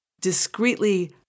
discreetly